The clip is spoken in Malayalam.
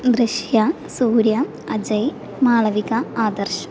ദൃശ്യ സൂര്യ അജയ് മാളവിക ആദർശ്